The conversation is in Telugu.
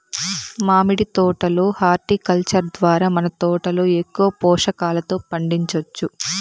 మామిడి తోట లో హార్టికల్చర్ ద్వారా మన తోటలో ఎక్కువ పోషకాలతో పండించొచ్చు